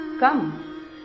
Come